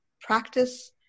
practice